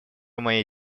моей